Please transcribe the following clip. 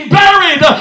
buried